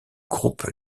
groupe